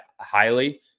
highly